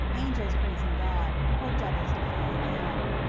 angels praising god, or devils defying him.